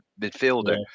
midfielder